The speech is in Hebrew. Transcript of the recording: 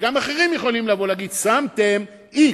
וגם אחרים יכולים לבוא ולהגיד: קבעתם x,